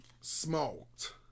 Smoked